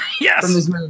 yes